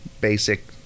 basic